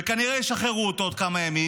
וכנראה ישחררו אותו עוד כמה ימים.